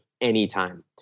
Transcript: anytime